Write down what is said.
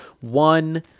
One